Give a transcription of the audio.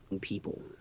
people